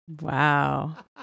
Wow